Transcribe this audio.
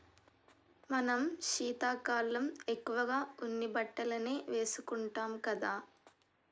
మనం శీతాకాలం ఎక్కువగా ఉన్ని బట్టలనే వేసుకుంటాం కదా